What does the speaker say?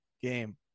game